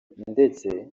ndetse